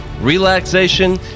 relaxation